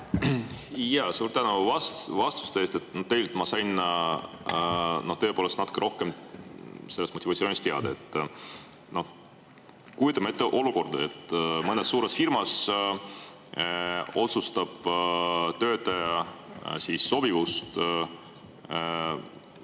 palun! Suur tänu vastuste eest! Ma sain tõepoolest natuke rohkem sellest motivatsioonist teada. Kujutame ette olukorda, et mõnes suures firmas otsustab töötaja sobivust